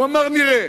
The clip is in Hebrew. הוא אמר: נראה.